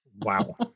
Wow